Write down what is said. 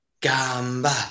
Gamba